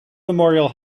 memorial